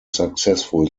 successful